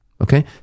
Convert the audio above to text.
okay